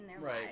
Right